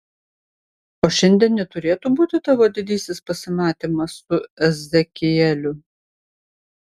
o šiandien neturėtų būti tavo didysis pasimatymas su ezekieliu